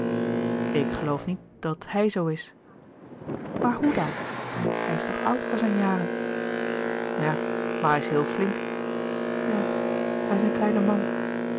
ik geloof niet dat hij zoo is maar hoe dan hij is toch oud voor zijn jaren ja maar hij is heel flink ja hij is een kleine man